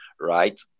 right